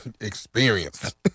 Experience